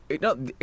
No